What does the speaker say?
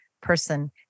person